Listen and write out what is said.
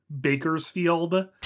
Bakersfield